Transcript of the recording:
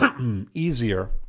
easier